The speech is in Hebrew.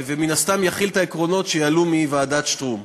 ומן הסתם יחיל את העקרונות שיעלו מוועדת שטרום.